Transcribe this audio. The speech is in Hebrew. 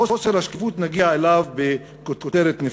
חוסר השקיפות, נגיע אליו בכותרת נפרדת.